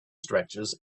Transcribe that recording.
stretches